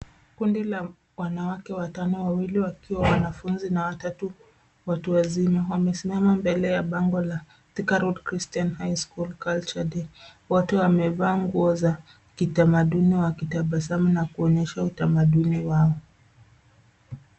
Kundi la wanawake watano, wawili wakiwa wanafunzi na watatu watu wazima, wamesimama mbele ya bango la Thika Road Christian High School culture day. Wote wamevaa nguo za kitamaduni, wakitabasamu na kuonesha utamaduni wao.